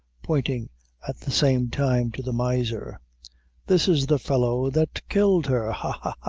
pointing at the same time, to the miser this is the fellow that killed her ha, ha,